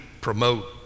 promote